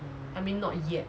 hmm